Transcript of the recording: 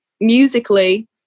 musically